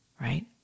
right